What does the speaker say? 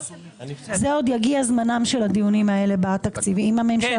עוד יגיע זמנם של הדיונים האלה אם הממשלה